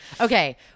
Okay